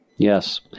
Yes